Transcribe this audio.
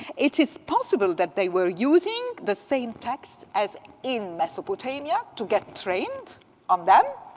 it is possible that they were using the same texts as in mesopotamia to get trained on them,